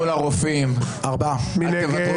מי נמנע?